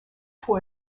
for